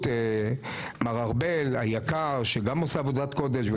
והבריאות, מר ארבל היקר, שגם עושה עבודת קודש.